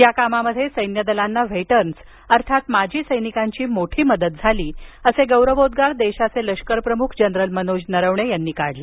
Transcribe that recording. या कामामध्ये सैन्यदलांना व्हेटर्नस अर्थात माजी सैनिकांची मोठी मदत झाली असे गौरवोद्वार देशाचे लष्करप्रमुख जनरल मनोज नरवणे यांनी काढले